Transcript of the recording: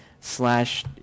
slash